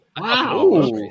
Wow